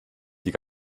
die